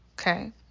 Okay